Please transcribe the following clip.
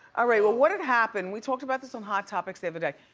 ah right, well, what had happened, we talked about this on hot topics the other day,